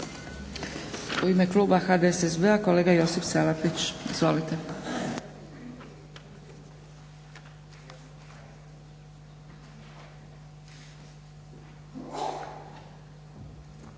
U ime kluba HDSSB-a kolega Josip Salapić. Izvolite.